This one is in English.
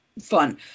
fun